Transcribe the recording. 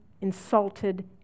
insulted